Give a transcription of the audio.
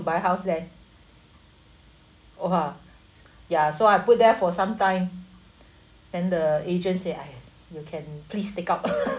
buy house then !wah! ya so I put there for some time and the agency !aiya! you can please take up